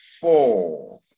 four